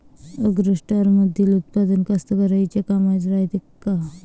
ॲग्रोस्टारमंदील उत्पादन कास्तकाराइच्या कामाचे रायते का?